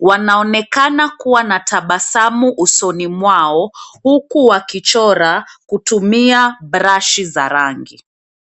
Wanaonekana kuwa na tabasamu usoni mwao huku wakichora kutumia brashi za rangi.